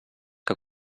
que